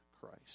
Christ